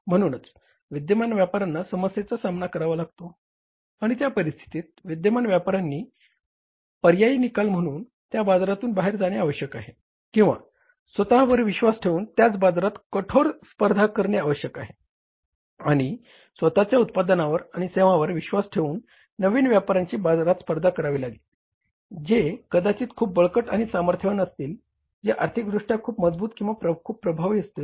म्हणूनच विद्यमान व्यापाऱ्यांना समस्येचा सामना करावा लागतो आणि त्या परिस्थितीत विद्यमान व्यापाऱ्यांनी पर्यायी निकाल म्हणून त्या बाजारातून बाहेर जाणे आवश्यक आहे किंवा स्वत वर विश्वास ठेवून त्याच बाजारात कठोर स्पर्धा करणे आवश्यक आहे आणि स्वतच्या उत्पादनवर आणि सेवांवर विश्वास ठेवून नवीन व्यापाऱ्यांशी बाजारात स्पर्धा करावी लागेल जे कदाचित खूप बळकट आणि सामर्थ्यवान असतील जे आर्थिकदृष्ट्या खूप मजबूत किंवा खूप प्रभावी असतील